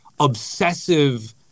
Obsessive